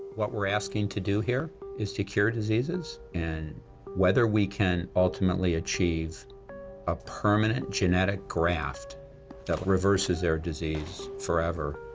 what we're asking to do here is to cure diseases. and whether we can ultimately achieve a permanent genetic graft that reverses their disease forever,